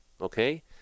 okay